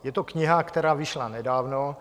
Je to kniha, která vyšla nedávno.